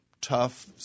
tough